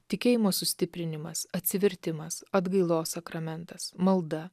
tikėjimo sustiprinimas atsivertimas atgailos sakramentas malda